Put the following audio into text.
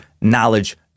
Knowledge